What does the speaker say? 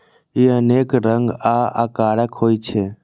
ई अनेक रंग आ आकारक होइ छै